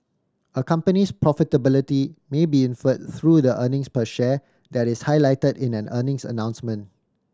a company's profitability may be inferred through the earnings per share that is highlighted in an earnings announcement